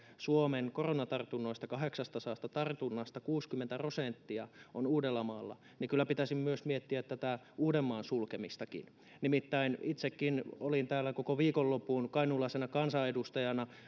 suomen koronatartunnoista kahdeksastasadasta tartunnasta kuusikymmentä prosenttia on uudellamaalla niin kyllä pitäisi myös miettiä tätä uudenmaan sulkemistakin nimittäin itsekin olin täällä koko viikonlopun kainuulaisena kansanedustajana